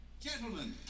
Gentlemen